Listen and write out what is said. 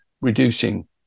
reducing